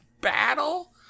battle